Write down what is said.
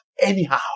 anyhow